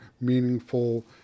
meaningful